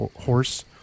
horse